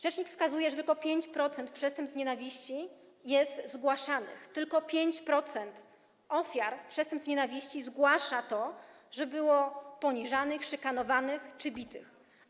Rzecznik wskazuje, że tylko 5% przestępstw z nienawiści jest zgłaszanych, tylko 5% ofiar przestępstw z nienawiści zgłasza to, że było poniżanych, szykanowanych czy bitych.